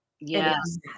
Yes